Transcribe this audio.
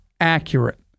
accurate